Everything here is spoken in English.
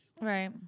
right